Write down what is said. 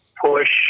push